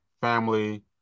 family